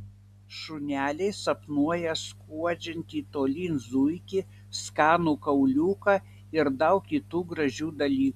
šuneliai sapnuoja skuodžiantį tolyn zuikį skanų kauliuką ir daug kitų gražių dalykų